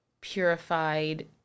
purified